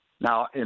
Now